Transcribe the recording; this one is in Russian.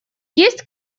есть